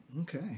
Okay